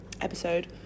episode